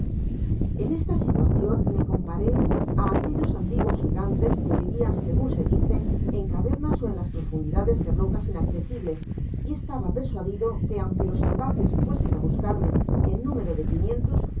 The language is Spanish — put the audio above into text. en esta situacion me comparé á aquellos antiguos gigantes que vivian segun se dice en cavernas ó en las profundidades de rocas inaccesibles y estaba persuadido que aunque los salvajes fuesen á buscarme en número de quinientos